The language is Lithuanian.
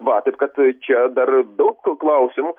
va taip kad čia dar daug tų klausimų